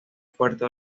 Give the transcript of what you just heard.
fuerte